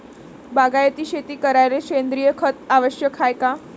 बागायती शेती करायले सेंद्रिय खत आवश्यक हाये का?